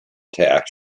tax